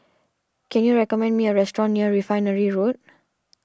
can you recommend me a restaurant near Refinery Road